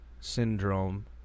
syndrome